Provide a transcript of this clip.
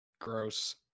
Gross